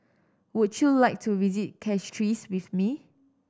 would you like to visit Castries with me